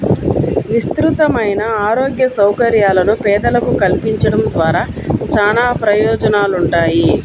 విస్తృతమైన ఆరోగ్య సౌకర్యాలను పేదలకు కల్పించడం ద్వారా చానా ప్రయోజనాలుంటాయి